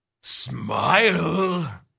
Smile